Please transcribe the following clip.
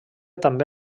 també